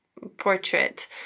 portrait